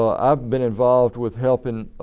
um i've been involved with helping